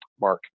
mark